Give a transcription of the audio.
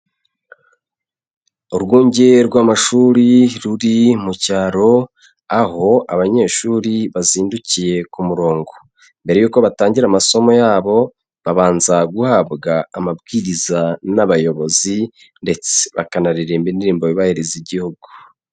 Urwunge rw'amashuri ruri mu cyaro aho abanyeshuri bazindukiye ku murongo, mbere y'uko batangira amasomo yabo babanza guhabwa amabwiriza n'abayobozi ndetse bakanaririmba indirimbo yubahiriza igihugu.